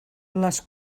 les